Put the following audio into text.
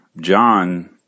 John